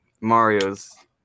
Mario's